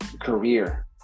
career